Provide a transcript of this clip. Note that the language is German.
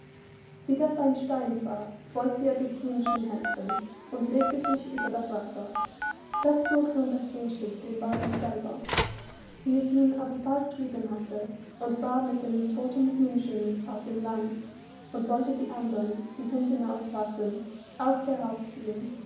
wie das ein stein sah wollte er dem hähnchen helfen und legte sich über das wasser da zog nun das hähnchen den wagen selber wie es ihn aber bald drüben hatte und war mit dem todten hühnchen auf dem land und wollte die andern die hintenauf saßen auch